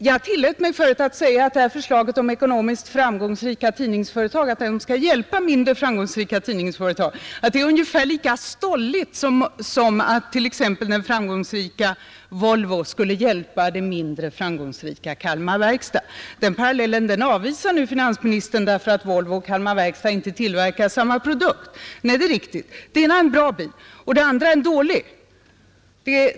Jag tillät mig förut att säga att detta förslag om att ekonomiskt framgångsrika tidningsföretag skall hjälpa mindre framgångsrika tidningsföretag är ungefär lika stolligt som att det framgångsrika Volvo skulle hjälpa det mindre framgångsrika Kalmar Verkstad, Den parallellen avvisar nu finansministern, därför att Volvo och Kalmar Verkstad inte tillverkar samma produkt. Nej, det är riktigt. Det ena är en bra bil, och det andra är en dålig bil.